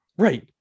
Right